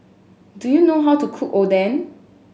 do you know how to cook Oden